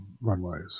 runways